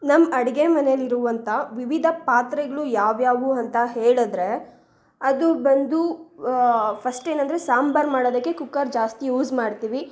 ನಮ್ಮ ಅಡುಗೆ ಮನೆಯಲ್ಲಿರುವಂಥ ವಿವಿಧ ಪಾತ್ರೆಗಳು ಯಾವು ಯಾವು ಅಂತ ಹೇಳಿದ್ರೆ ಅದು ಬಂದು ಫಸ್ಟ್ ಏನಂದರೆ ಸಾಂಬಾರು ಮಾಡೋದಕ್ಕೆ ಕುಕ್ಕರ್ ಜಾಸ್ತಿ ಯೂಸ್ ಮಾಡ್ತೀವಿ